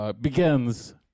begins